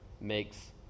makes